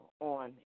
on